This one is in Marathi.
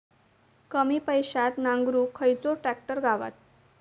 कमी पैशात नांगरुक खयचो ट्रॅक्टर गावात?